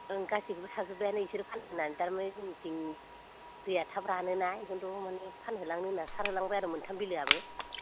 ओं गासिबो सारजोब्बानो बिसोर फानगोनानो थारमाने जोंनिथिं दैया थाब रानोना बेखायनोथ' माने फानहोलांनो होन्ना सारहोलांबाय आरो मोनथाम बिलोआबो